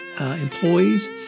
employees